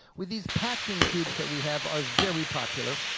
with these packing cubes that we have are very popular,